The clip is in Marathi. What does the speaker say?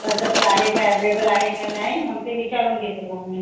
कसं ते आहे का ॲवलेबल आहे का नाही मग ते विचारून घेते मग मी